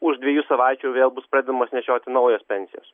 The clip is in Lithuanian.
už dviejų savaičių vėl bus pradedamos nešioti naujos pensijos